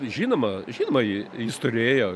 žinoma žinoma ji jis turėjo